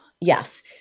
Yes